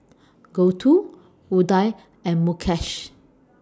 Gouthu Udai and Mukesh